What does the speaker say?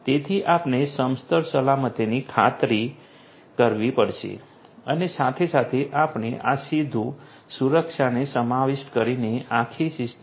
તેથી આપણે સમસ્તર સલામતીની ખાતરી કરવી પડશે અને સાથે સાથે આપણે આ સીધું સુરક્ષા સુનિશ્ચિત કરવાની પણ જરૂર છે બંને મહત્વપૂર્ણ છે